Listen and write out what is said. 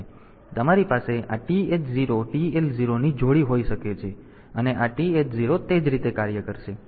તેથી તમારી પાસે આ TH 0 TL 0 ની જોડી હોઈ શકે છે અને આ TH 0 તે જ રીતે કાર્ય કરશે